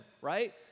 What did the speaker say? right